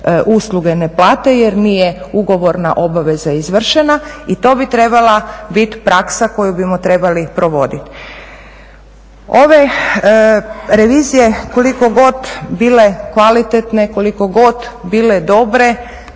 usluge ne plate jer nije ugovorna obveza izvršena i to bi trebala biti praksa koju bismo trebali provoditi. Ove revizije koliko god bile kvalitetne, koliko god bile dobre